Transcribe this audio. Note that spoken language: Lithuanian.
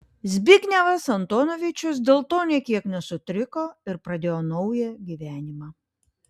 zbignevas antonovičius dėl to nė kiek nesutriko ir pradėjo naują gyvenimą